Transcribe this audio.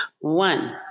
One